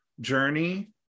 journey